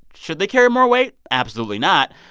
should they carry more weight? absolutely not.